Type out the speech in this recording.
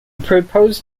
proposed